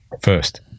first